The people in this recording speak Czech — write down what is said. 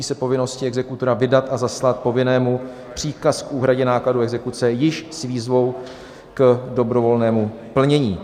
Vypouští se povinnosti exekutora vydat a zaslat povinnému příkaz k úhradě nákladů exekuce již s výzvou k dobrovolnému plnění.